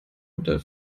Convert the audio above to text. mutter